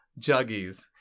juggies